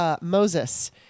Moses